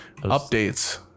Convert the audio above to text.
Updates